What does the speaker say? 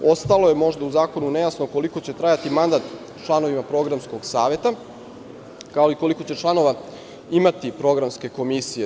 Ostalo je možda u zakonu nejasno koliko će trajati mandat članovima Programskog saveta, kao i koliko će članova imati programske komisije.